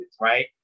right